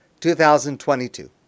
2022